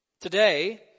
Today